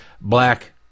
black